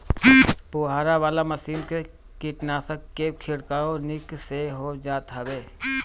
फुहारा वाला मशीन से कीटनाशक के छिड़काव निक से हो जात हवे